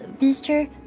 Mister